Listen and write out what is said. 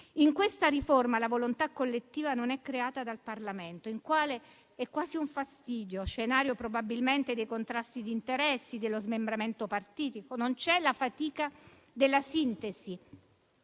In questa riforma, la volontà collettiva non è creata dal Parlamento, il quale è quasi un fastidio, scenario probabilmente dei contrasti di interessi, dello smembramento partitico. Non c'è la fatica della sintesi,